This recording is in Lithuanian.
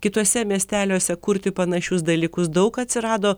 kituose miesteliuose kurti panašius dalykus daug atsirado